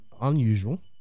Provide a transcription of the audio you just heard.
Unusual